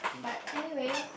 but anyway